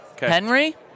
Henry